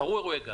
קרו אירועי גז,